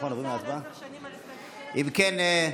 אם כן,